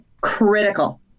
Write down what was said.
critical